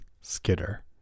skitter